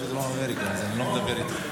אנחנו נקשיב לו בנחת.